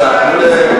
צריך להגיד,